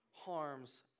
Harms